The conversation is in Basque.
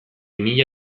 mila